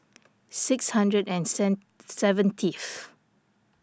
six hundred and sen seventieth